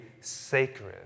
sacred